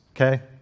okay